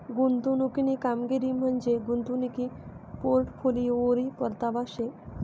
गुंतवणूकनी कामगिरी म्हंजी गुंतवणूक पोर्टफोलिओवरी परतावा शे